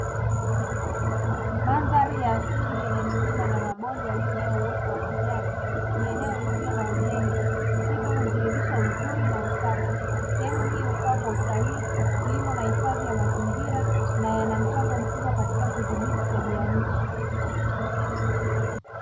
Mandhari ya asili yenye milima na mabonde yaliyojaa uoto wa kijani. Ni eneo lisilo na ujenzi, hivyo hudhihirisha uzuri na usafi. Sehemu hii hufaa kwa utalii, kilimo na hifadhi ya mazingira, na yana mchango mkubwa katika kudhibiti tabia nchi.